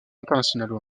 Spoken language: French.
internationales